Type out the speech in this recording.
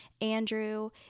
Andrew